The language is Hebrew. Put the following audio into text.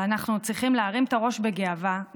ואנחנו צריכים להרים את הראש בגאווה,